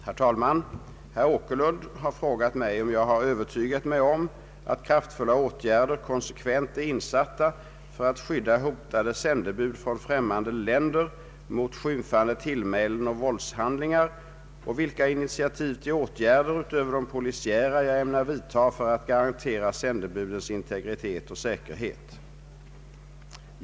Herr talman! Herr Åkerlund har frågat mig om jag har övertygat mig om att kraftfulla åtgärder konsekvent är insatta för att skydda hotade sändebud från främmande länder mot skymfande tillmälen och våldshandlingar och vilka initiativ till åtgärder utöver de polisiära jag ämnar vidta för att garantera sändebudens integritet och säkerhet.